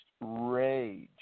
rage